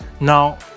Now